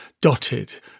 dotted